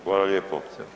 Hvala lijepo.